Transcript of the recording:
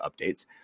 updates